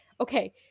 okay